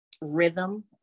rhythm